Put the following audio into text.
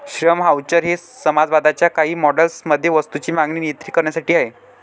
श्रम व्हाउचर हे समाजवादाच्या काही मॉडेल्स मध्ये वस्तूंची मागणी नियंत्रित करण्यासाठी आहेत